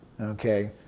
Okay